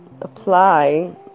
apply